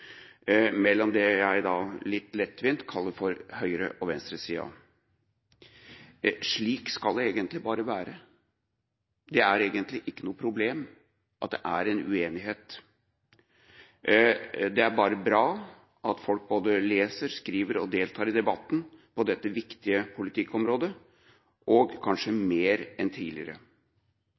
mellom det jeg litt lettvint kaller for høyre- og venstresida. Slik skal det egentlig bare være. Det er ikke noe problem at det er en uenighet. Det er bare bra at folk leser, skriver og deltar i debatten på dette viktige politikkområdet, og kanskje mer enn tidligere.